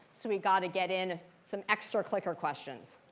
so we've got to get in some extra clicker questions.